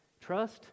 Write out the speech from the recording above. trust